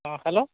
অঁ হেল্ল'